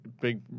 big